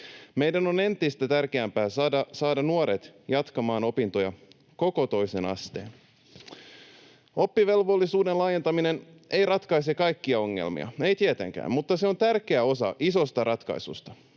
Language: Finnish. Meidän on entistä tärkeämpää saada nuoret jatkamaan opintoja koko toisen asteen. Oppivelvollisuuden laajentaminen ei ratkaise kaikkia ongelmia, ei tietenkään, mutta se on tärkeä osa isosta ratkaisusta.